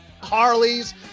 Harleys